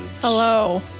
Hello